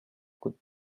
could